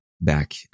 back